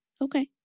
Okay